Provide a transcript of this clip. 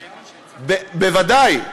בוודאי,